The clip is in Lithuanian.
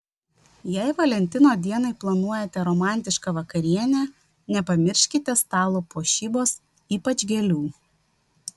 jei valentino dienai planuojate romantišką vakarienę nepamirškite stalo puošybos ypač gėlių